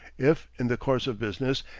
if, in the course of business,